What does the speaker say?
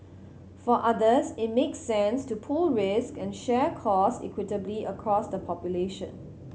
for others it makes sense to pool risk and share cost equitably across the population